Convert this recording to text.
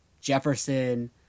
Jefferson